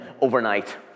overnight